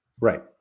right